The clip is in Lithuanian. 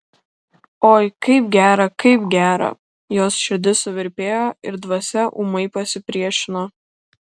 oi kaip gera kaip gera jos širdis suvirpėjo ir dvasia ūmai pasipriešino